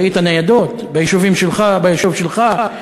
ראית ניידות ביישובים שלך, ביישוב שלך?